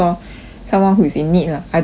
someone who is in need ah I don't beat them up